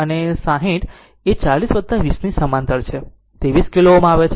તેથી 6 40 અને 60 એ 40 20 ની સમાંતર છે તે 20 કિલો Ω આવે છે